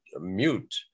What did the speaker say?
mute